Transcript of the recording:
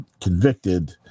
convicted